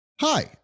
Hi